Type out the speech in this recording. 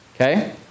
Okay